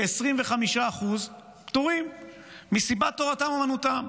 כ-25% פטורים מסיבת תורתם אומנותם.